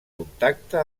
contacte